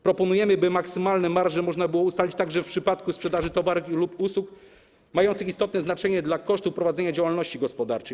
Proponujemy, aby maksymalne marże można było ustalić także w przypadku sprzedaży towarów lub usług mających istotne znaczenie dla kosztów prowadzenia działalności gospodarczej.